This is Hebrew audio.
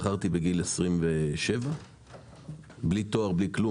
השתחררתי בגיל 27 בלי תואר בלי כלום,